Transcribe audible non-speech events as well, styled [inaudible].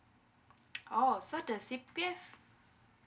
[noise] oh so the C_P_F